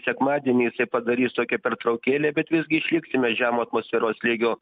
sekmadienį jisai padarys tokią pertraukėlę bet visgi išliksime žemo atmosferos slėgio